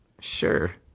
Sure